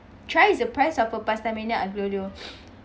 thrice is the price of a pastamania aglio olio